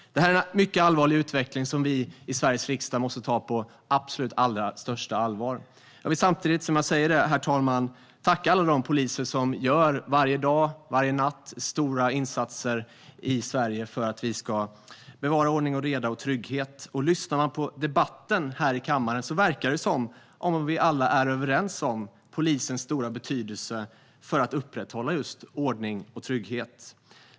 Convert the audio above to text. Detta är en mycket allvarlig utveckling som vi i Sveriges riksdag måste ta på absolut största allvar. Samtidigt som jag säger det, herr talman, vill jag tacka alla de poliser som varje dag och varje natt gör stora insatser i Sverige för att vi ska bevara ordning, reda och trygghet. Lyssnar man på debatten här i kammaren verkar det som att vi alla är överens om polisens stora betydelse för att upprätthålla just ordning och trygghet.